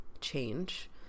change